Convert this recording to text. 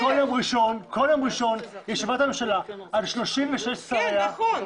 בכל יום ראשון ישיבת הממשלה על 35 שריה